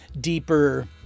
deeper